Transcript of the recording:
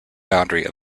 boundary